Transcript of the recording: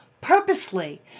Purposely